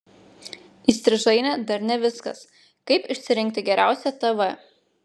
įstrižainė dar ne viskas kaip išsirinkti geriausią tv